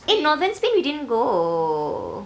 eh northern spain we didn't go